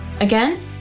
Again